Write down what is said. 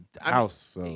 house